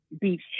beach